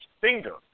finger